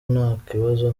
ntakibazo